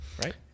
right